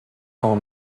son